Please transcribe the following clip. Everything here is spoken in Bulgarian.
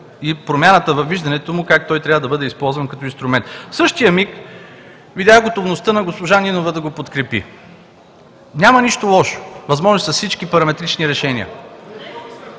и промяната във виждането му как той трябва да бъде използван като инструмент. В същия миг видях готовността на госпожа Нинова да го подкрепи. (Реплики от „БСП за България“.) Няма нищо лошо. Възможни са всички параметрични решения.